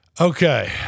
Okay